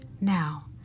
Now